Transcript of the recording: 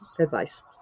advice